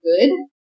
good